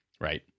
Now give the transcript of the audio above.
Right